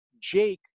Jake